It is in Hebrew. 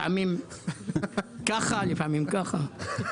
לפעמים ככה, לפעמים ככה.